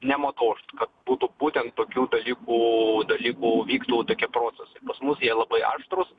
nematau kad būtų būtent tokių dalykų dalykų vyktų tokie procesai pas mus jie labai aštrūs